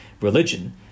religion